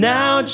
Now